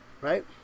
Right